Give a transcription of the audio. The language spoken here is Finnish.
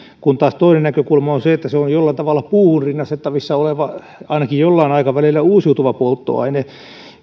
kun taas toinen näkökulma on se että se on jollain tavalla puuhun rinnastettavissa oleva ainakin jollain aikavälillä uusiutuva polttoaine